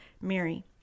Mary